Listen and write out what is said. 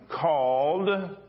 called